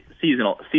seasonal